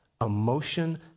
emotion